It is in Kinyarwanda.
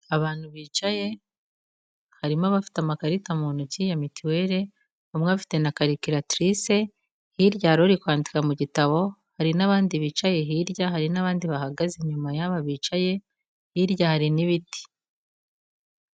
Abantu bicaye harimo abafite amakarita mu ntoki ya mituweli umwe afite na karikiratirise, hirya hari uri kwandika mu gitabo, hari n'abandi bicaye hirya, hari n'abandi bahagaze inyuma y'aha bicaye, hirya hari n'ibiti.